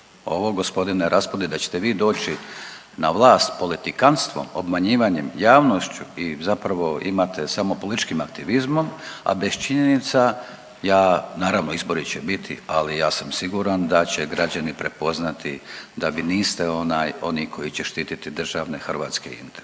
Ovo g. Raspudić da ćete vi doči na vlast politikantstvom obmanjivanjem javnošću i zapravo imate samo političkim aktivizmom, a bez činjenica, ja naravno izbori će biti, ali ja sam siguran da će građani prepoznati da vi niste onaj oni koji će štititi državne hrvatske interese